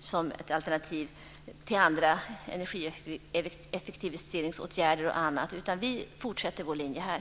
för energieffektiviseringsåtgärder, utan vi fortsätter med vår linje.